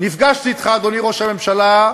נפגשתי אתך, אדוני ראש הממשלה,